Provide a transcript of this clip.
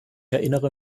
erinnere